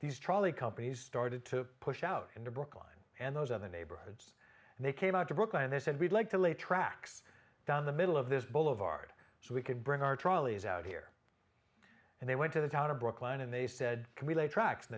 these trolley companies started to push out into brookline and those other neighborhoods and they came out to brooklyn and they said we'd like to lay tracks down the middle of this boulevard so we could bring our trolleys out here and they went to the town of brooklyn and they said can we lay tracks